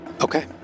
Okay